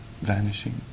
vanishing